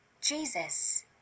Jesus